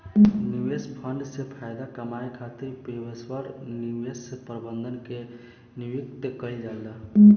निवेश फंड से फायदा कामये खातिर पेशेवर निवेश प्रबंधक के नियुक्ति कईल जाता